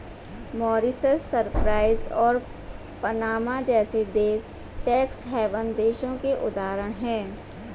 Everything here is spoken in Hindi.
मॉरीशस, साइप्रस और पनामा जैसे देश टैक्स हैवन देशों के उदाहरण है